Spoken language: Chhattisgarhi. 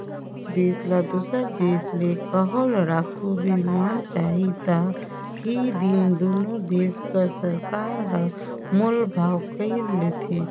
एक देस ल दूसर देस ले कहों लड़ाकू बिमान चाही ता ही दिन दुनो देस कर सरकार हर मोल भाव कइर लेथें